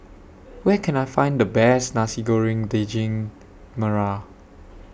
Where Can I Find The Best Nasi Goreng Daging Merah